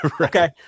Okay